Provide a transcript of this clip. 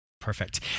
Perfect